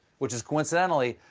which is, coincidentally,